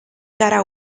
gara